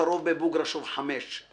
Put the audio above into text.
הקרוב בבוגרשוב 5/